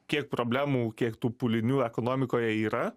kiek problemų kiek tų pūlinių ekonomikoje yra